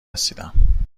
رسیدم